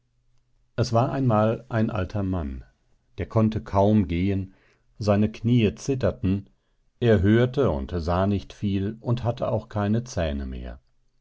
es war einmal ein alter mann der konnte kaum gehen seine knie zitterten er hörte und sah nicht viel und hatte auch keine zähne mehr